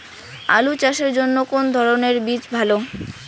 আলু চাষের জন্য কোন ধরণের বীজ ভালো?